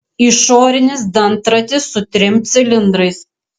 išorinis dantratis su trim cilindrais